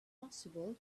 possible